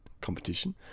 Competition